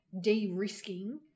de-risking